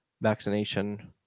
vaccination